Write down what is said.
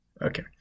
Okay